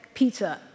Peter